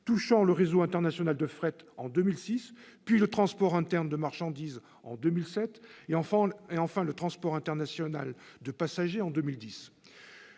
touchant le réseau international de fret en 2006, puis le transport interne de marchandises en 2007 et, enfin, le transport international de passagers en 2010.